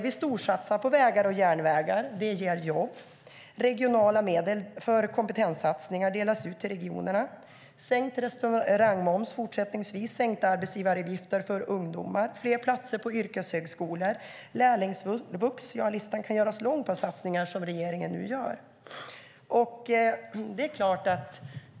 Vi storsatsar på vägar och järnvägar. Det ger jobb. Regionala medel för kompetenssatsningar delas ut. Vi satsar även fortsättningsvis på sänkt restaurangmoms, sänkta arbetsgivaravgifter för ungdomar, fler platser på yrkeshögskolor, lärlingsvux - ja, listan på satsningar som regeringen nu gör kan göras lång.